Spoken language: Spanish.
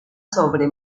sobre